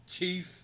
Chief